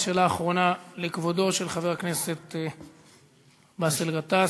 שאלה אחרונה לכבודו של חבר הכנסת באסל גטאס,